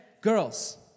girls